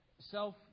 self